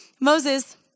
Moses